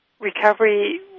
recovery